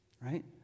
right